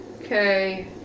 Okay